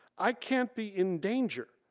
i can't be in danger.